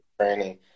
training